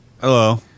Hello